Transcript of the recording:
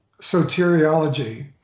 soteriology